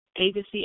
Agency